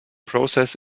process